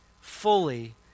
fully